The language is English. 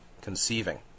conceiving